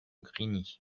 grigny